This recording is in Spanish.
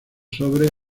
sobre